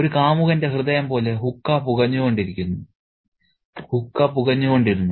ഒരു കാമുകന്റെ ഹൃദയം പോലെ ഹുക്ക പുകഞ്ഞുകൊണ്ടിരുന്നു